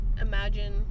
imagine